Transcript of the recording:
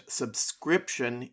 subscription